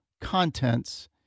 contents